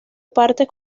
partes